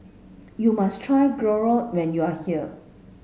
you must try Gyro when you are here